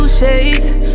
shades